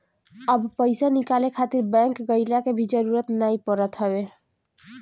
अब पईसा निकाले खातिर बैंक गइला के भी जरुरत नाइ पड़त हवे